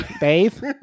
Dave